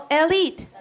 elite